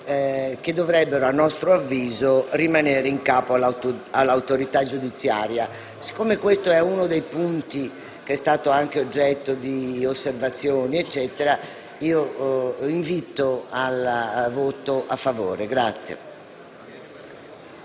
che dovrebbero a nostro avviso rimanere in capo all'autorità giudiziaria. Siccome questo è uno dei punti che è stato anche oggetto di osservazioni, invito a votare a favore.